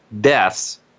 deaths